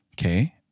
okay